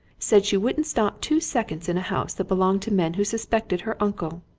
said she wouldn't stop two seconds in a house that belonged to men who suspected her uncle!